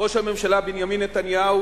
ראש הממשלה בנימין נתניהו,